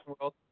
world